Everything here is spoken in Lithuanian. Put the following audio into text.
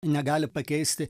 negali pakeisti